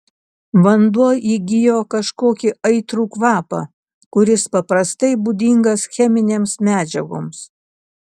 vanduo įgijo kažkokį aitrų kvapą kuris paprastai būdingas cheminėms medžiagoms